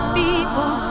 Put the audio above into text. people